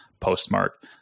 postmark